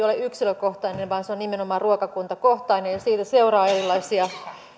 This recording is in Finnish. ole yksilökohtainen vaan se on nimenomaan ruokakuntakohtainen ja siitä seuraa erilaisia